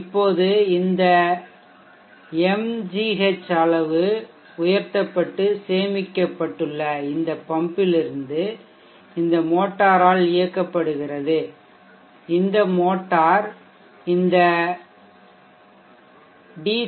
இப்போது இந்த mgh அளவு உயர்த்தப்பட்டு சேமித்து வைக்கப்பட்டுள்ளது இந்த பம்ப் மோட்டாரால் இயக்கப்படுகிறது இந்த மோட்டார் இந்த டி